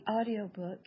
audiobook